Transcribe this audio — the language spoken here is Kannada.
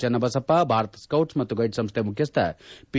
ಚನ್ನಬಸಪ್ಪ ಭಾರತ ಸೌಚ್ಲ್ ಮತ್ತು ಗೈಡ್ಲ್ ಸಂಸ್ಥೆ ಮುಖ್ಯಸ್ಥ ಪಿ